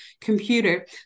computer